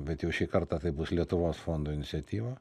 bet jau šį kartą tai bus lietuvos fondo iniciatyva